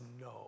no